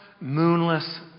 moonless